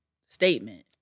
statement